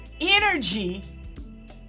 energy